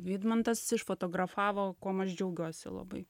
vidmantas išfotografavo kuom aš džiaugiuosi labai